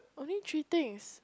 only three things